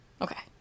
Okay